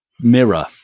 mirror